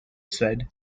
said